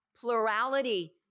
plurality